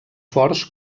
forts